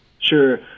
Sure